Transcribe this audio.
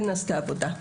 כן נעשתה עבודה,